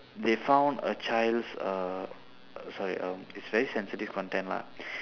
they found a child's uh sorry um it's very sensitive content lah